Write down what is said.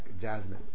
Jasmine